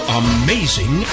amazing